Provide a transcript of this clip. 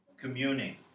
Communing